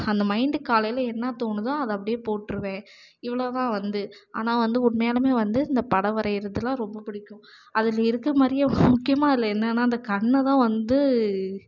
அந்த மைண்டு காலையில் என்ன தோணுதோ அதை அப்படியே போட்டுருவேன் இவ்வளோதான் வந்து ஆனால் வந்து உண்மையாலுமே வந்து இந்த படம் வரைகிறதுலான் ரொம்ப பிடிக்கும் அதில் இருக்க மாதிரியே முக்கியமாக அதில் என்னனா அந்த கண்ணைதான் வந்து